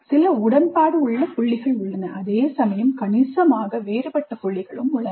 சில உடன்பாடு உள்ள புள்ளிகள் உள்ளன அதேசமயம் கணிசமாக வேறுபட்ட புள்ளிகள் உள்ளன